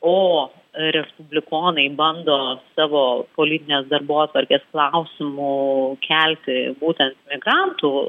o respublikonai bando savo politinės darbotvarkės klausimu kelti būtent migrantų